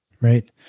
Right